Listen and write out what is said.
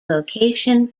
location